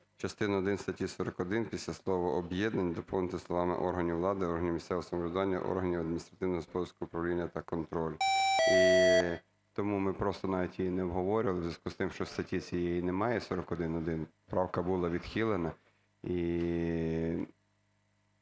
частина один статті 41 після слова "об'єднань" доповнити словами "органів влади, органів місцевого самоврядування, органів адміністративно-господарського управління та контролю". І тому ми просто навіть її не обговорювали у зв'язку з тим, що статті цієї немає 41-1, правка була відхилена.